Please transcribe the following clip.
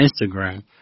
Instagram